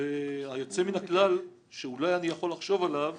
היוצא מן הכלל שאולי אני יכול לחשוב עליו